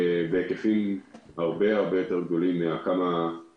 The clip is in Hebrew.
מידע בהיקפים הרבה הרבה יותר גדולים מהאלפים